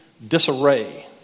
disarray